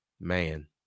man